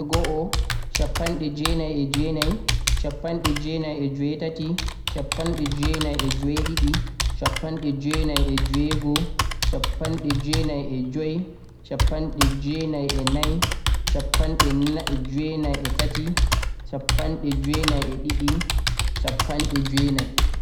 Temerre go'o, shappanɗe jweenai e jweenai, shappanɗe jweenai e jweetati, shappanɗe jweenai e jweeɗiɗi, shappanɗe jweenai jweego, shappanɗe jweenai e joi, shappanɗe jweenai e nai, shappanɗe jweenai e tati, shappanɗe jweenai e ɗiɗi, shappanɗe jweenai e go'o, shappanɗe jweenai.